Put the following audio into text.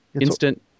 Instant